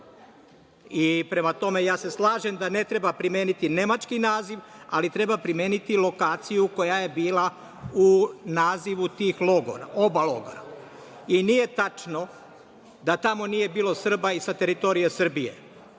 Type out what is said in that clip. tome, slažem se da ne treba primeniti nemački naziv, ali treba primeniti lokaciju koja je bila u nazivu tih logora, oba logora. Nije tačno da tamo nije bilo Srba i sa teritorije Srbije.